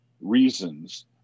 reasons